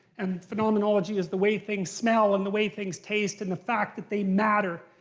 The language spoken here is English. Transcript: and phenomenology is the way things smell and the way things taste, and the fact that they matter.